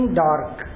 dark